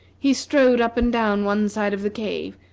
he strode up and down one side of the cave,